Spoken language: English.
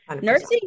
nursing